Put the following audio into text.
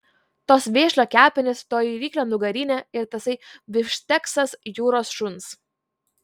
tos vėžlio kepenys toji ryklio nugarinė ir tasai bifšteksas jūros šuns